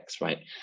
right